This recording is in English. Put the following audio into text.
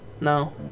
no